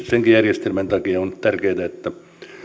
senkin järjestelmän takia on tärkeää että